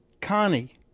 Connie